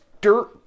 dirt